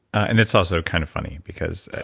and it's also kind of funny, because